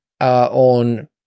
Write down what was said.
on